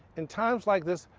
in times like this,